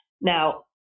Now